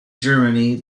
germany